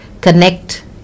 connect